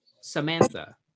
Samantha